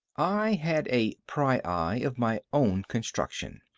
i had a pryeye of my own construction.